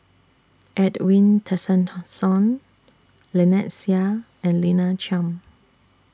Edwin Tessensohn Lynnette Seah and Lina Chiam